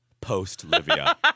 post-Livia